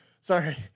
sorry